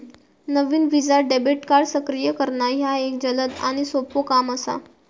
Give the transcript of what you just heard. नवीन Visa debit card सक्रिय करणा ह्या एक जलद आणि सोपो काम असा